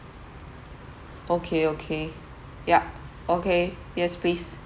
okay okay yup okay yes please